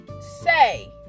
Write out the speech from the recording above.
say